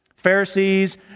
Pharisees